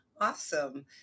Awesome